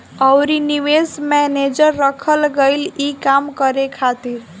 अउरी निवेश मैनेजर रखल गईल ई काम करे खातिर